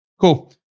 Cool